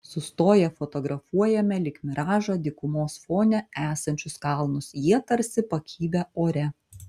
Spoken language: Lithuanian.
sustoję fotografuojame lyg miražą dykumos fone esančius kalnus jie tarsi pakibę ore